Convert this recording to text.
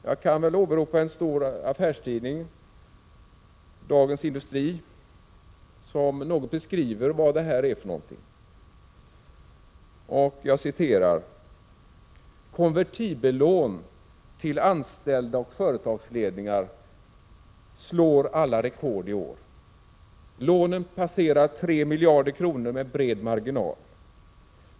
Jag kan åberopa en stor affärstidning, Dagens Industri, som något beskriver detta: ”Konvertibellån till anställda och företagsledningar slår alla rekord i år. Lånen passerar 3 mdr kr. med bred marginal.